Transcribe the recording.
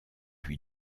lui